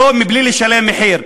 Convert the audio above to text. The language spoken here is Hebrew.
מבלי לשלם מחיר.